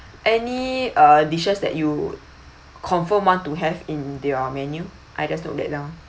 any uh dishes that you confirm want to have in your menu I just note that down